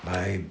my